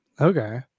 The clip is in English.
Okay